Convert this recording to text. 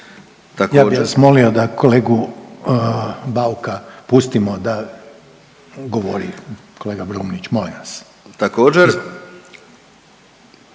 Ja bi vas molio da kolegu Bauka pustimo da govori, kolega Brumnić, molim vas.